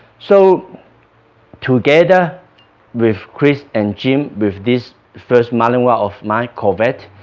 so together with kris and jim with this first malinois of mine covet